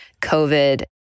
COVID